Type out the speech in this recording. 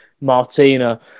Martina